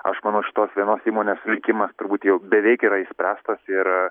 aš manau šitos vienos įmonės veikimas turbūt jau beveik yra išspręstas ir